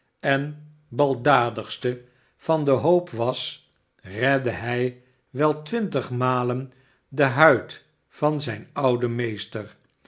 en baldadigste van den hoop was redde hij wel twintig malen de lurid van zijn ouden meester